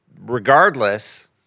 Regardless